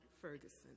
Ferguson